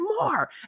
more